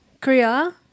Korea